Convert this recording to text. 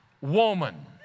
woman